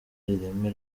ireme